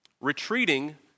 Retreating